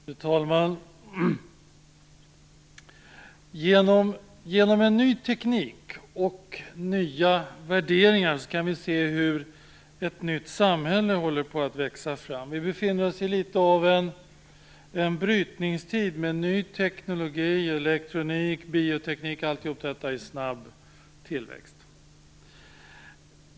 Fru talman! Genom en ny teknik och nya värderingar kan vi se hur ett nytt samhälle håller på att växa fram. Vi befinner oss i något av en brytningstid med ny teknologi, elektronik och bioteknik i snabb tillväxt.